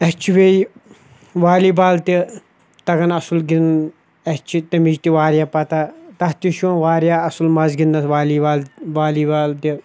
اَسہِ چھُ بیٚیہِ والی بال تہِ تَگان اَصٕل گِن اَسہِ چھِ تَمِچ تہِ واریاہ پَتہ تَتھ تہِ چھُ واریاہ اَصٕل مَزٕ گِنٛدنَس والی بال والی بال تہِ